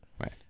Right